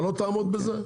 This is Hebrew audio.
אתה לא תעמוד בזה?